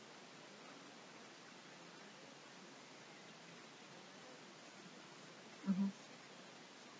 mmhmm